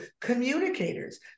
Communicators